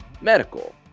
medical